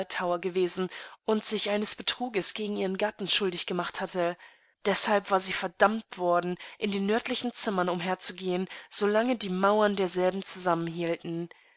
gewesen und sich eines betrugs gegen ihren gatten schuldig gemacht hatte deshalb war sie verdammt worden in den nördlichen zimmern umherzugehen so lange die mauern derselben